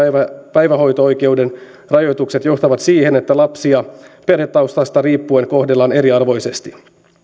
päivähoito oikeuden rajoitukset johtavat siihen että lapsia perhetaustasta riippuen kohdellaan eriarvoisesti